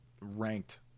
ranked